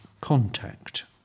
contact